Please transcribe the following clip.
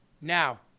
Now